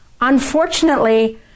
Unfortunately